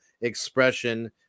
expression